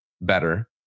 better